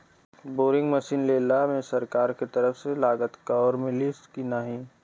Boring machine लेला मे सरकार के तरफ से लागत कवर मिली की नाही?